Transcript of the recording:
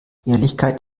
ehrlichkeit